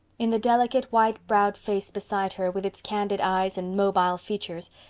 in the delicate, white-browed face beside her, with its candid eyes and mobile features,